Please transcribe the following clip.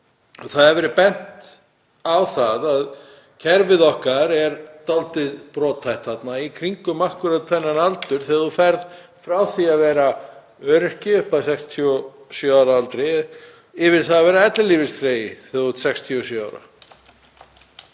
Það hefur verið bent á það að kerfið okkar er dálítið brothætt þarna, í kringum akkúrat þennan aldur, þegar þú ferð frá því að vera öryrki að 67 ára aldri yfir í að verða ellilífeyrisþegi 67 ára.